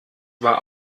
war